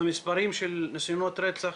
המספרים של ניסיונות רצח